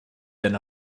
than